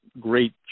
great